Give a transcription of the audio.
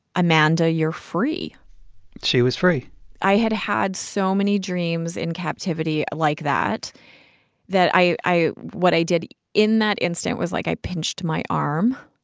amanda, you're free she was free i had had so many dreams in captivity like that that i i what i did in that instant was, like, i pinched my arm.